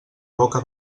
boca